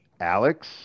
Alex